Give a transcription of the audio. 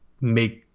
make